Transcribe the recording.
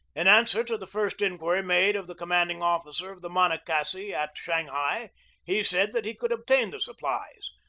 in answer to the first inquiry made of the commanding officer of the monocacy at shanghai he said that he could obtain the supplies,